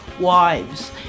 wives